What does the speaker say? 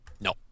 No